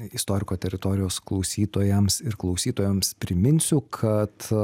istoriko teritorijos klausytojams ir klausytojoms priminsiu kad